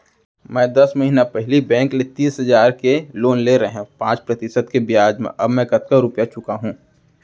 मैं दस महिना पहिली बैंक ले तीस हजार के लोन ले रहेंव पाँच प्रतिशत के ब्याज म अब मैं कतका रुपिया चुका हूँ?